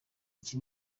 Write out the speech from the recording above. iki